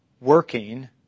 working